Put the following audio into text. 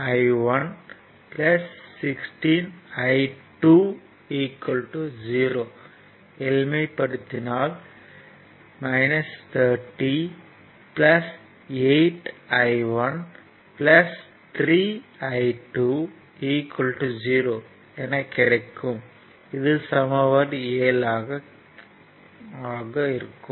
60 16 I1 16 I 2 0 எளிமைப்படுத்தினால் 30 8 I1 3 I2 0 என கிடைக்கும்